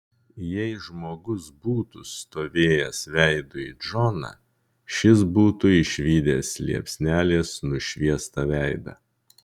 jei žmogus būtų stovėjęs veidu į džoną šis būtų išvydęs liepsnelės nušviestą veidą